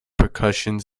percussion